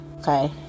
okay